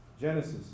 Genesis